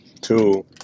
two